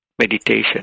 meditation